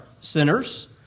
sinners